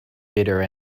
bitter